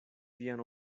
vian